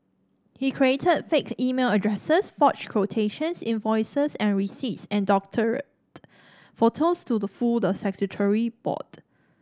he created fake email addresses forged quotations invoices and receipts and doctored photographs to fool the statutory board